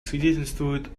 свидетельствуют